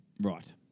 Right